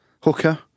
Hooker